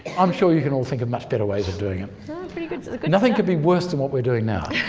i'm sure you can all think of much better ways of doing it nothing could be worse than what we're doing now.